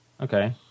Okay